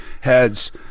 heads